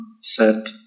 set